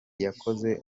yakoze